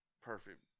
perfect